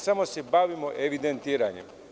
Samo se bavimo evidentiranjem.